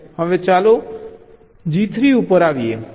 હવે ચાલો G3 ઉપર આવીએ